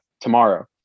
tomorrow